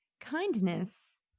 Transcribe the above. kindness